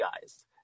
guys